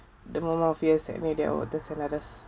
the amount of